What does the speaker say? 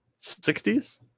60s